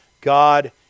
God